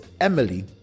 Emily